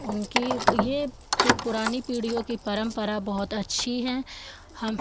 उनकी यह पुरानी पीढ़ियों की परम्परा बहुत अच्छी है हम